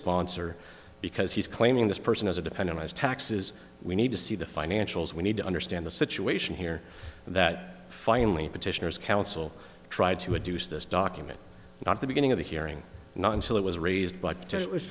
sponsor because he's claiming this person as a defendant is taxes we need to see the financials we need to understand the situation here that finally petitioners counsel tried to reduce this document not the beginning of the hearing not until it was raised but it was